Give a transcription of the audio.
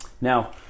Now